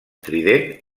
trident